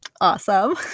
Awesome